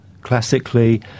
classically